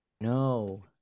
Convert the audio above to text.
No